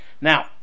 Now